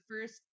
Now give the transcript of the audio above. first